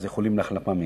אז איחולים להחלמה מהירה.